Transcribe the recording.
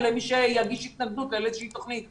למי שיגיש התנגדות לאיזושהי תוכנית.